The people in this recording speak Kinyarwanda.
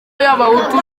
y’abahutu